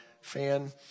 fan